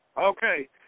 Okay